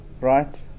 right